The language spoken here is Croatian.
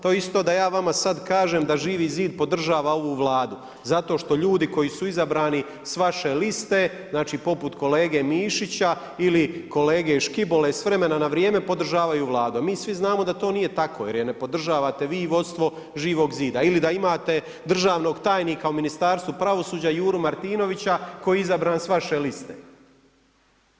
To je isto da ja vama sad kažem da Živi zid podržava ovu Vladu zato što ljudi koji su izbrani s vaše liste, znači poput kolege Mišića ili kolege Škibole s vremena na vrijeme podržavaju Vladu, a mi svi znamo da to nije tako jer je ne podržavate vi i vodstvo Živog zida, ili da imate državnog tajnika u Ministarstvu pravosuđa Juru Martinovića koji je izabran s vaše liste.